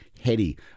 heady